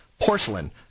porcelain